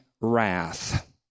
wrath